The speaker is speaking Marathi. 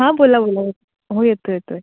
हां बोला बोला हो येतो येतो आहे